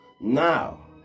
now